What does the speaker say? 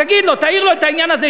תגיד לו, תעיר לו את העניין הזה.